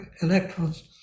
electrons